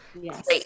Yes